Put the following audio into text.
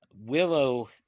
Willow